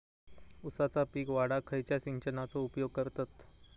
ऊसाचा पीक वाढाक खयच्या सिंचनाचो उपयोग करतत?